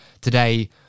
today